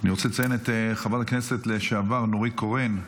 רוצה לציין את חברת הכנסת לשעבר נורית קורן,